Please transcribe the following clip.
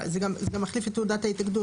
זה גם מחליף את תעודת ההתאגדות,